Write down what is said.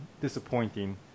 disappointing